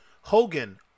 Hogan